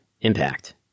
Impact